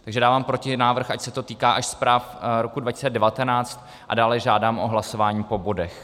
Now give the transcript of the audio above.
Takže dávám protinávrh, ať se to týká až zpráv roku 2019, a dále žádám o hlasování po bodech.